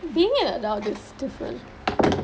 being an adult is different